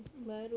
mm mm